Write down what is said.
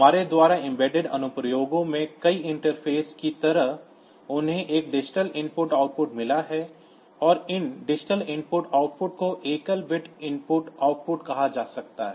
हमारे द्वारा एम्बेडेड अनुप्रयोगों में कई इंटरफेस की तरह उन्हें एक डिजिटल इनपुट आउटपुट मिला है और इन डिजिटल इनपुट आउटपुट को एकल बिट इनपुट कहा जा रहा है